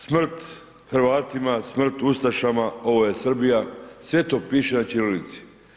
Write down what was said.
Smrt Hrvatima, smrt ustašama, ovo je Srbija, sve to piše na ćirilici.